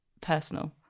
personal